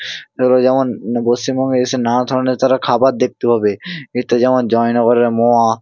ধরো যেমন পশ্চিমবঙ্গে এসে নানা ধরনের তারা খাবার দেখতে পাবে এতে যেমন জয়নগরের মোয়া